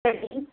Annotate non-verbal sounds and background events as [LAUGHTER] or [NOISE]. [UNINTELLIGIBLE]